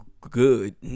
good